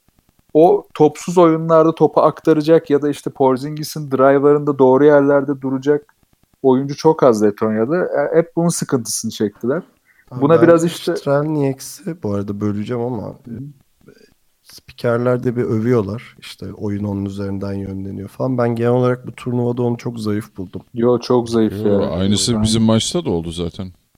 O topsuz oyunlarda topu aktaracak ya da işte Porzingis'in driver'ında doğru yerlerde duracak oyuncu çok az Letonya'da. E, hep bunun sıkıntısını çektiler. Abi Buna ben biraz işte- hiç Trelniks'i bu arada böleceğim ama- Hı. e, spikerler de bir övüyorlar. İşte oyun onun üzerinden yönleniyor falan. Ben genel olarak bu turnuvada onu çok zayıf buldum. Yo, çok zayıf Yo, ya. aynısı Ben- bizim maçta da oldu zaten.